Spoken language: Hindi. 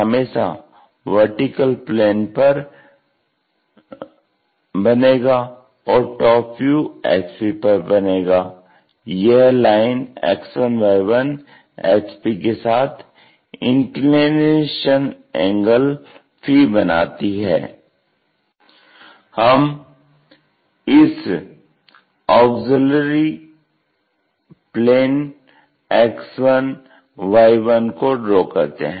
हम इस ऑग्ज़िल्यरी प्लेन X1Y1 को ड्रा करते हैं